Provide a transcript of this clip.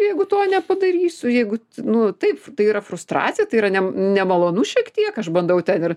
jeigu to nepadarysiu jeigu nu taip tai yra frustracija tai yra nemalonu šiek tiek aš bandau ten ir